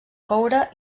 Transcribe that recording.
coure